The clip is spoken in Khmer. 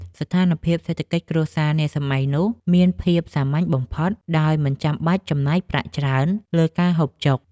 ស្ថានភាពសេដ្ឋកិច្ចគ្រួសារនាសម័យនោះមានភាពសាមញ្ញបំផុតដោយមិនចាំបាច់ចំណាយប្រាក់ច្រើនលើការហូបចុក។